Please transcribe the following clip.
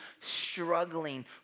struggling